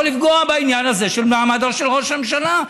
לפגוע בעניין הזה של מעמדו של ראש הממשלה.